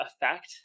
effect